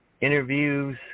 interviews